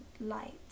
light